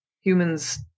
humans